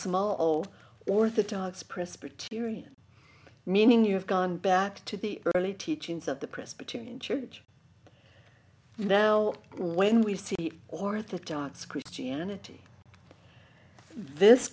zero orthodox presbyterian meaning you have gone back to the early teachings of the presbyterian church now when we see orthodox christianity this